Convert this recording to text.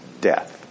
death